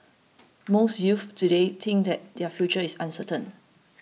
most youths today think that their future is uncertain